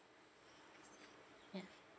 ya